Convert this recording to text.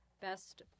Best